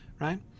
right